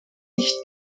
nicht